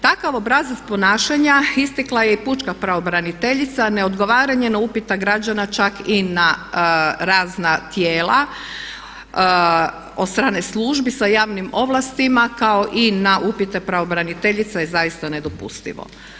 Takav obrazac ponašanja istakla je i pučka pravobraniteljica, neodgovaranje na upite građana čak i na razna tijela od strane službi sa javnim ovlastima kao i na upite pravobraniteljice je zaista nedopustivo.